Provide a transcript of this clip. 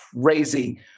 crazy